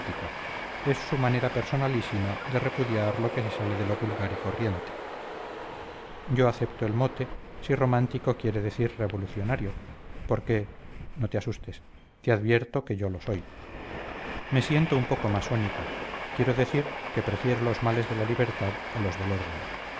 es su manera personalísima de repudiar lo que se sale de lo vulgar y corriente yo acepto el mote si romántico quiere decir revolucionario porque no te asustes te advierto que yo lo soy me siento un poco masónica quiero decir que prefiero los males de la libertad a los del orden